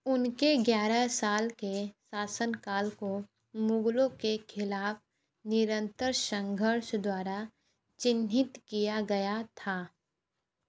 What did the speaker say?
उनके ग्यारह साल के शासनकाल को मुगलों के खिलाफ़ निरंतर संघर्ष द्वारा चिह्नित किया गया था